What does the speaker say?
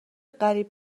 قریب